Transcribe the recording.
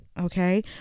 okay